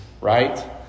right